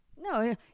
no